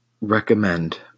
recommend